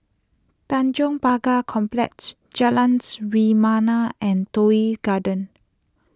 Tanjong Pagar Complex Jalans Rebana and Toh Yi Garden